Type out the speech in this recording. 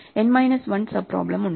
N minus 1 sub problem ഉണ്ട്